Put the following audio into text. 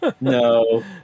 No